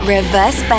Reverse